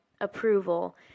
approval